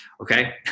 Okay